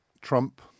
Trump